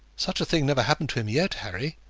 such a thing never happened to him yet, harry,